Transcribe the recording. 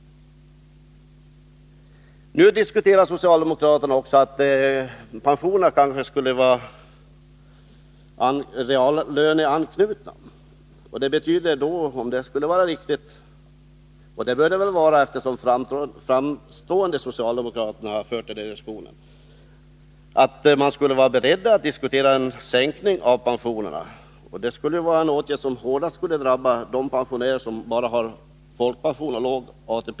Enligt vissa uppgifter diskuterar socialdemokraterna nu också en reallöneanknytning av pensionerna. Om detta stämmer — vilket det bör göra, eftersom framstående socialdemokrater har fört detta resonemang - innebär det att socialdemokraterna är beredda att diskutera en sänkning av pensionerna. En sådan åtgärd skulle hårdast drabba de pensionärer som bara har folkpension och låg ATP.